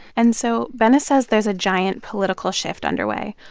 and so bennett says there's a giant political shift underway,